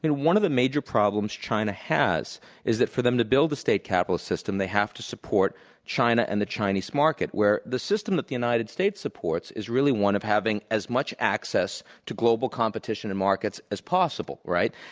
and one of the major problems china has is that for them to build the state capital system, they have to support china and the chinese market. where the system that the united states supports is really one of having as much access to global competition in markets as possible. and